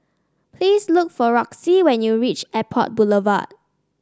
please look for Roxie when you reach Airport Boulevard